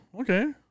okay